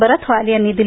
बरथवाल यांनी दिली